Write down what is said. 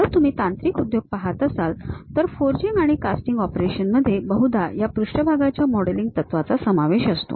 जर तुम्ही यांत्रिक उद्योग पहात असाल तर फोर्जिंग आणि कास्टिंग ऑपरेशन्समध्ये बहुधा या पृष्ठभागाच्या मॉडेलिंग तत्त्वांचा समावेश असतो